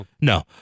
No